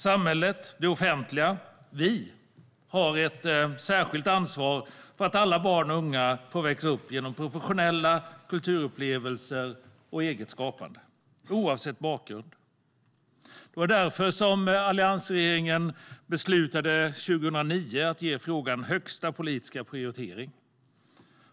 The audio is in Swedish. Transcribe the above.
Samhället, det offentliga, vi har ett särskilt ansvar för att alla barn och unga får växa genom professionella kulturupplevelser och eget skapande, oavsett bakgrund. Därför beslutade alliansregeringen 2009 att ge frågan högsta politiska prioritet.